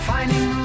Finding